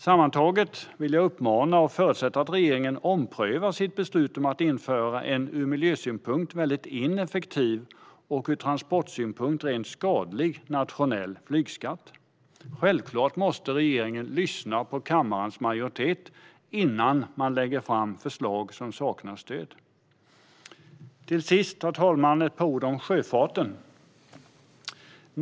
Sammantaget vill jag uppmana regeringen att ompröva - och jag förutsätter också att den gör det - sitt beslut om att införa en ur miljösynpunkt väldigt ineffektiv och ur transportsynpunkt rent skadlig nationell flygskatt. Självklart måste regeringen lyssna på kammarens majoritet innan man lägger fram förslag som saknar stöd. Till sist, herr talman, ett par ord om sjöfarten.